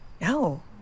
No